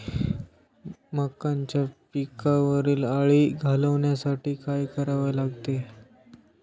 मक्याच्या पिकावरील अळी घालवण्यासाठी काय करावे लागेल?